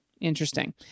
Interesting